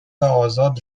آزاد